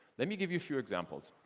let me give you a few examples.